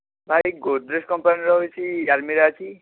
ଭାଇ ଗୋଦରେଜ୍ କମ୍ପାନୀର କିଛି ଆଲମିରା ଅଛି କି